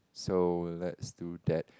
so let's do that